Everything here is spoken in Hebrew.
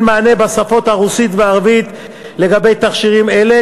מענה בשפות רוסית וערבית לגבי תכשירים אלה,